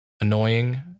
annoying